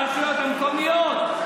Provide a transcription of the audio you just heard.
ברשויות המקומיות,